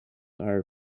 are